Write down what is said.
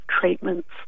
treatments